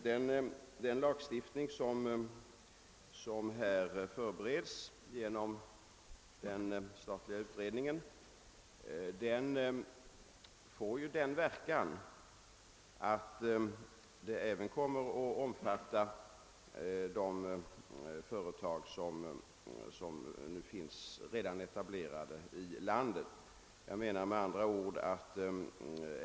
Den lagstiftning som förbereds genom den statliga utredningen får sådan verkan att den även kommer att omfatta de företag som redan är etablerade i landet.